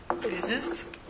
Business